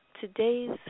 today's